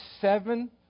seven